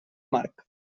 marc